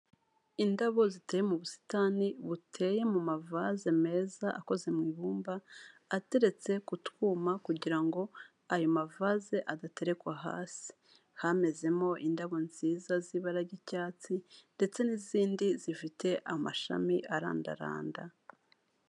Indabo ziteye mu busitani buteye mu mavaze meza akoze mu ibumba, ateretse ku twuma kugira ngo ayo mavaze adaterekwa hasi, hamezemo indabo nziza z'ibara ry'icyatsi ndetse n'izindi zifite amashami arandaranda.